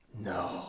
no